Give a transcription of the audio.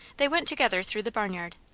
they went together through the barnyard.